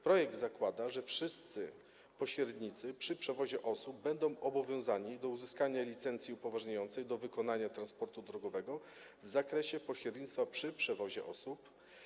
Projekt zakłada, że wszyscy pośrednicy przy przewozie osób będą obowiązani do uzyskania licencji upoważniającej do wykonania transportu drogowego w zakresie pośrednictwa przy przewozie osób.